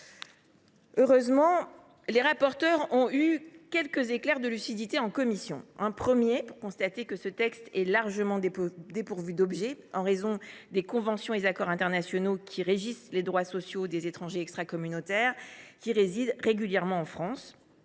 Heureusement, les rapporteurs ont eu, en commission, quelques éclairs de lucidité. Le premier leur a permis de constater que ce texte est largement dépourvu d’objet, en raison des conventions et accords internationaux qui régissent les droits sociaux des étrangers extracommunautaires résidant en France